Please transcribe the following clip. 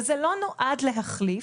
וזה לא נועד להחליף,